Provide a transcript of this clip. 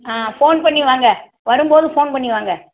ஆ phone பண்ணி வாங்க வரும் போது ஃபோன் பண்ணி வாங்க